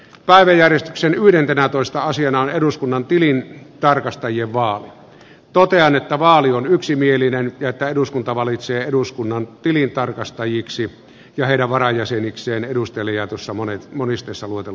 päiväjärjestyksen uiden verhotuista on siellä on eduskunnan tilien tarkastajia vaan tuote totean että vaali on yksimielinen ja että eduskunta valitsee eduskunnan tilintarkastajiksi ja heidän varajäsenikseen seuraavat edustajat